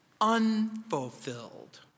Unfulfilled